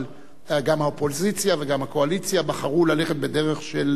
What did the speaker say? אבל גם האופוזיציה וגם הקואליציה בחרו ללכת בדרך של